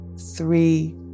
three